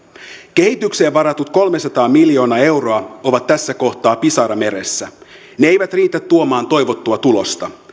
kehitykseen varatut kolmesataa miljoonaa euroa ovat tässä kohtaa pisara meressä ne eivät riitä tuomaan toivottua tulosta